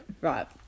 Right